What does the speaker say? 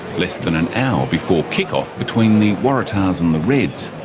less than an hour before kick off between the waratahs and the reds,